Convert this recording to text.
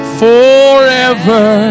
forever